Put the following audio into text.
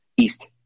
East